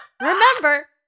remember